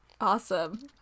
Awesome